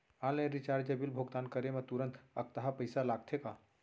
Online recharge या bill भुगतान करे मा तुरंत अक्तहा पइसा लागथे का?